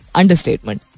understatement